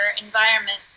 environment